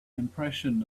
impression